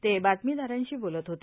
ते बातमीदारांशी बोलत होते